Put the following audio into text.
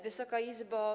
Wysoka Izbo!